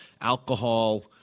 alcohol